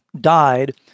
died